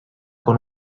con